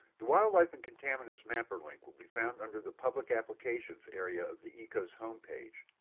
the wildlife and contaminants mapper link will be found under the public applications area of the ecos homepage.